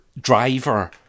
driver